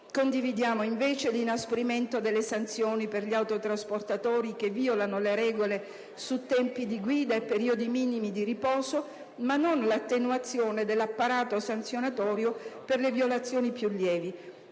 Condividiamo invece l'inasprimento delle sanzioni per gli autotrasportatori che violano le regole su tempi di guida e periodi minimi di riposo, ma non l'attenuazione dell'apparato sanzionatorio per le violazioni più lievi.